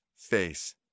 face